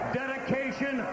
dedication